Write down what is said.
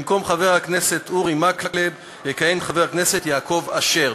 במקום חבר הכנסת אורי מקלב יכהן חבר הכנסת יעקב אשר.